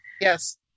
Yes